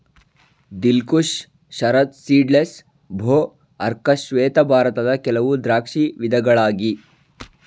ದಿಲ್ Khush, Sharad seedless, ಭೋ, ಅರ್ಕ ಶ್ವೇತ ಭಾರತದ ಕೆಲವು ದ್ರಾಕ್ಷಿ ವಿಧಗಳಾಗಿ